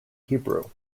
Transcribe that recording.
hebrew